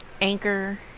Anchor